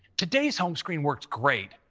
today's home screen works great,